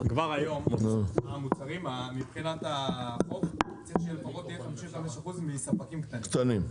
כבר היום המוצרים מבחינת --- שלפחות יהיה 55% ספקים קטנים.